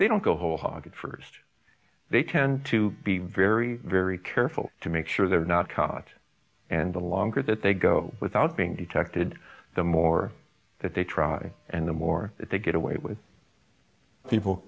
they don't go whole hog first they tend to be very very careful to make sure they're not caught and the longer that they go without being detected the more that they try and the more they get away with people